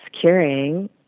curing